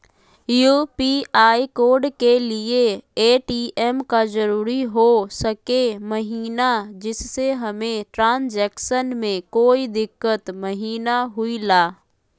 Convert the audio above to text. UPI code के लिए ATM का जरूरी हो सके महिना जिससे हमें ट्रांजैक्शन में कोई दिक्कत महिना हुई ला?